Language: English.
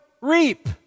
reap